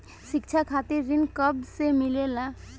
शिक्षा खातिर ऋण कब से मिलेला?